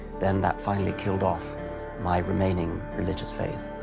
then that finally killed off my remaining religious faith.